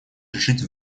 решить